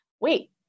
wait